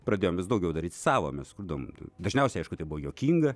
pradėjom vis daugiau daryti savo mes kurdavom dažniausiai aišku tai buvo juokinga